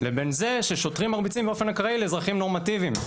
לבין זה ששוטרים מרביצים באופן אקראי לאזרחים נורמטיביים,